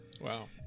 Wow